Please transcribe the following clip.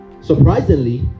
surprisingly